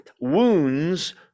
wounds